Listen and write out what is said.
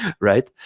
right